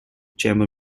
chamber